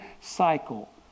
cycle